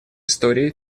историей